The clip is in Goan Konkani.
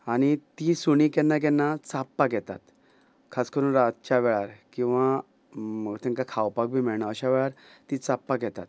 आनी तीं सुणीं केन्ना केन्ना चाबपाक येतात खास करून रातच्या वेळार किंवां तेंकां खावपाक बी मेयणा अश्या वेळार ती चाबपाक येतात